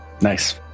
Nice